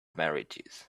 marriages